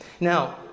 Now